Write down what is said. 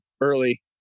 early